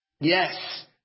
Yes